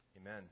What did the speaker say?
Amen